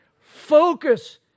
Focus